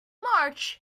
march